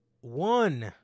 one